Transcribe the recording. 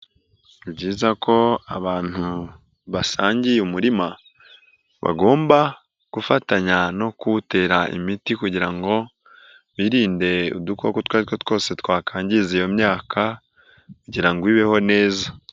Ni byiza ko abantu basangiye umurima, bagomba gufatanya no kuwutera imiti kugira ngo birinde udukoko utwaritwo twose twakgiza iyo myaka kugira ngo ibeho neza.